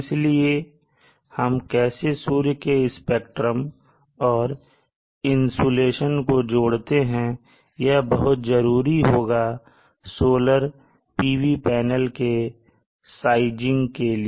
इसलिए हम कैसे सूर्य के स्पेक्ट्रम और इंसुलेशन पृथ्वी के संबंध में को जोड़ते हैं यह बहुत जरूरी होगा सोलर PV पैनल के sizing के लिए